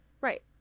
right